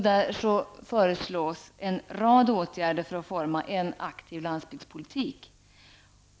Där föreslås en rad åtgärder för att forma en aktiv landsbygdspolitik.